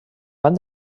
van